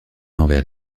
envers